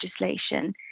legislation